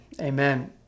Amen